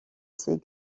ses